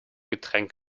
getränk